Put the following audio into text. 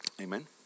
Amen